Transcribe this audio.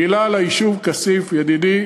מילה על היישוב כסיף, ידידי